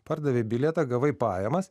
pardavei bilietą gavai pajamas